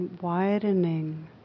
widening